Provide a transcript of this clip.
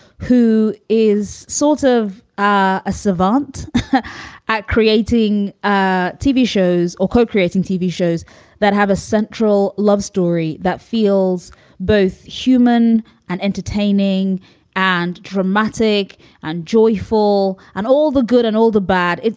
who is sort of ah a savant at creating ah tv shows or co-creating tv shows that have a central love story that feels both human and entertaining and dramatic and joyful and all the good and all the bad.